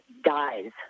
dies